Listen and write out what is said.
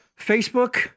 facebook